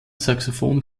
saxophon